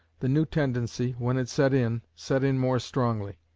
the new tendency, when it set in, set in more strongly.